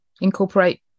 incorporate